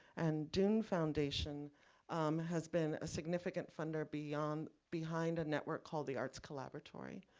and doen foundation has been a significant funder beyond, behind a network called the arts collaboratory,